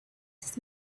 this